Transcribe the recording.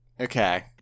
Okay